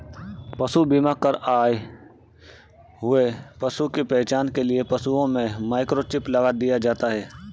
पशु बीमा कर आए हुए पशु की पहचान के लिए पशुओं में माइक्रोचिप लगा दिया जाता है